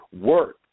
Work